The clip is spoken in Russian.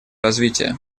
развития